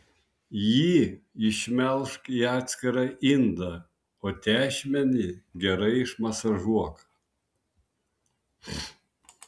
jį išmelžk į atskirą indą o tešmenį gerai išmasažuok